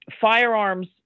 firearms